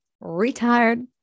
retired